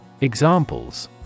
Examples